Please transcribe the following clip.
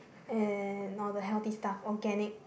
and all the healthy stuff organic